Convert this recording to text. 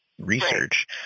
research